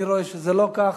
אני רואה שזה לא כך.